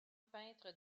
peintre